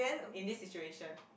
in this situation